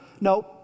no